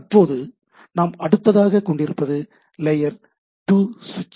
தற்பொழுது நாம் அடுத்ததாக கொண்டிருப்பது லேயர் 2 சுவிட்ச்